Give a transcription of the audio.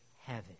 heaven